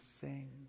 sing